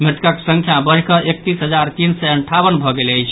मृतकक संख्या बढ़िकऽ एकतीस हजार तीन सय अंठावन भऽ गेल अछि